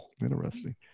Interesting